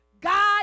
God